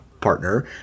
partner